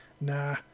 Nah